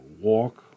walk